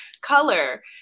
color